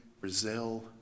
Brazil